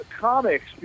comics